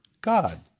God